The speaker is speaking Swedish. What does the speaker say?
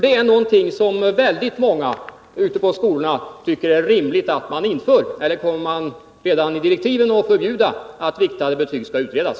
Det är någonting som väldigt många ute på skolorna tycker är rimligt att man inför. Eller kommer man redan i direktiven att förbjuda att frågan om viktade betyg utreds?